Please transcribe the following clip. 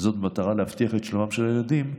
במטרה להבטיח את שלומם של הילדים,